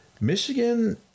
Michigan